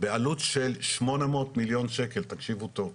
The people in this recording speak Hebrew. בעלות של שמונה מאות מיליון שקל, תקשיבו טוב,